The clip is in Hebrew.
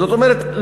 זאת אומרת,